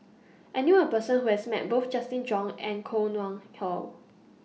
I knew A Person Who has Met Both Justin Zhuang and Koh Nguang How